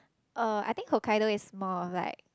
uh I think Hokkaido is more of like